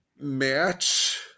match